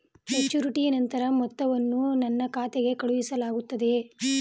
ಮೆಚುರಿಟಿಯ ನಂತರ ಮೊತ್ತವನ್ನು ನನ್ನ ಖಾತೆಗೆ ಕಳುಹಿಸಲಾಗುತ್ತದೆಯೇ?